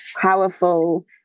powerful